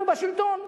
אנחנו בשלטון.